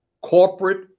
Corporate